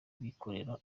bikorera